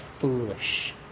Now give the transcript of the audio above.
foolish